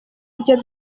nibyo